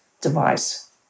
device